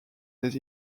des